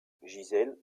gisèle